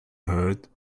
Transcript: heard